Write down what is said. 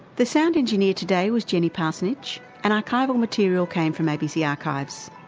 the sound engineer today was jenny parsonage, and archival material came from abc archives.